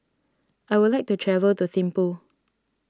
I would like to travel to Thimphu